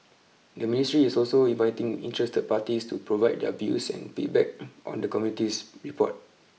the ministry is also inviting interested parties to provide their views and feedback on the committee's report